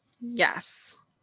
Yes